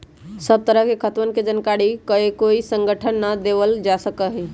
सब तरह के खातवन के जानकारी ककोई संगठन के ना देवल जा सका हई